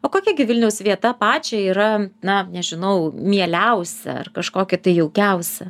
o kokia gi vilniaus vieta pačiai yra na nežinau mieliausia ar kažkokį tai jaukiausi